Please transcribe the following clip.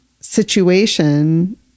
situation